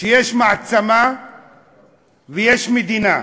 שיש מעצמה ויש מדינה,